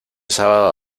sábado